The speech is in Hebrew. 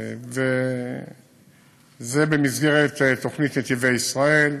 וזה במסגרת תוכנית נתיבי-ישראל,